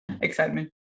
excitement